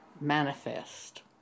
manifest